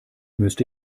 müsst